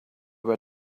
were